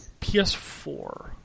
PS4